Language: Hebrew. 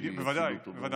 כן, בוודאי, בוודאי.